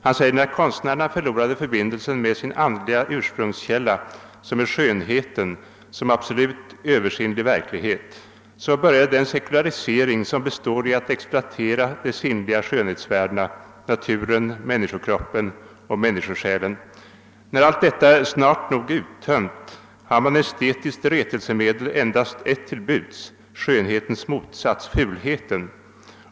Han säger: »När konstnärerna förlorade förbindelsen med sin andliga ursprungskälla, som är skönheten som absolut översinnlig verklighet, så började den sekularisering som består i att exploatera de sinnliga skönhetsvärdena: naturen, männi skokroppen och människosjälen. När allt detta snart nog är uttömt har man som estetiskt retelsemedel endast ett till buds: skönhetens motsats, fulheten.